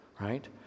right